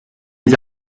les